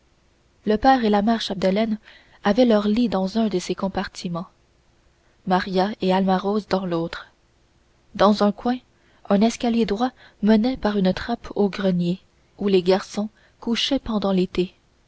le père et la mère chapdelaine avaient leur lit dans un de ces compartiments maria et alma rose dans l'autre dans un coin un escalier droit menait par une trappe au grenier où les garçons couchaient pendant l'été